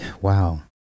Wow